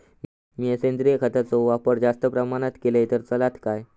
मीया सेंद्रिय खताचो वापर जास्त प्रमाणात केलय तर चलात काय?